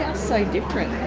so different.